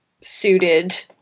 suited